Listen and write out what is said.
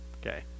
okay